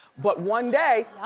but one day,